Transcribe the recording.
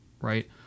right